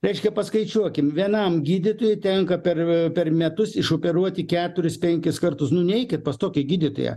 reiškia paskaičiuokim vienam gydytojui tenka per per metus išoperuoti keturis penkis kartus nu neikit pas tokį gydytoją